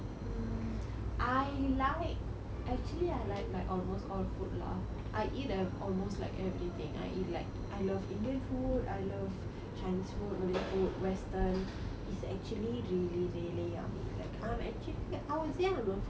mm I like actually I like like almost all food lah I eat err almost like everything I eat like I love indian food I love chinese food malay food western it's actually really really yummy like I'm actually I would say I'm a foodie